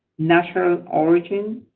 national origin,